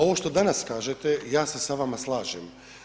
Ovo što danas kažete ja se sa vama slažem.